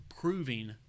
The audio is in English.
proving